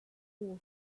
four